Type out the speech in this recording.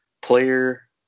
player